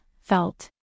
felt